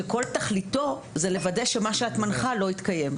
שכל תכליתו היא לוודא שמה שאת מנחה לא יתקיים?